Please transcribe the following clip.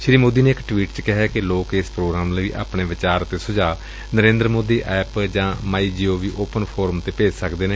ਸ੍ਰੀ ਮੋਦੀ ਨੇ ਇਕ ਟਵੀਟ ਚ ਕਿਹੈ ਕਿ ਲੋਕ ਇਸ ਪ੍ਰੋਗਰਾਮ ਲਈ ਆਪਣੇ ਵਿਚਾਰ ਅਤੇ ਸੁਝਾਅ ਨਰੇਦਰ ਮੋਦੀ ਐਪ ਜਾ my G O V open forum ਤੇ ਭੇਜ ਸਕਦੇ ਨੇ